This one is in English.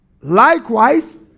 Likewise